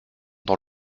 dans